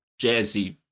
Jazzy